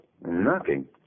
Knocking